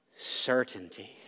certainty